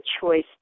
choice